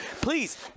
Please